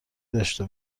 داشته